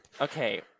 okay